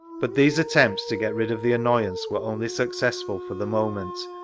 but these attempts to get rid of the annoyance wen only successful for the moment,